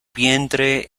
vientre